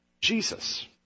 Jesus